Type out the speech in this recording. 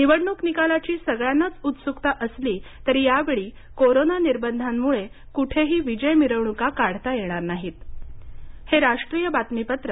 निवडणूक निकालाची सगळ्यांनाच उत्सुकता असली तरी यावेळी कोरोना निर्बंधांमुळे कुठेही विजय मिरवणुका काढता येणार नाहीत